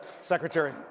Secretary